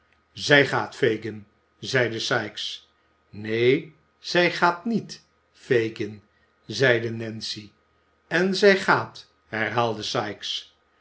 zij gaat fagin zeide sikes neen zij gaat niet fagin zeide nancy en zij gaat herhaalde sikes